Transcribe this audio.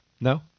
No